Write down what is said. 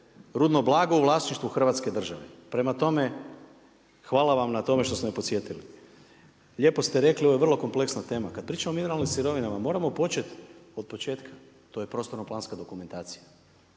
rudno blago u vlasništvu Hrvatske države. Prema tome, hvala vam na tome što ste me podsjetili. Lijepo ste rekli ovo je vrlo kompleksna tema. Kad pričamo o mineralnim sirovinama moramo počet od početka. To je prostorno-planska dokumentacija.